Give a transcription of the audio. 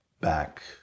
back